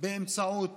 באמצעות